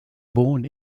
born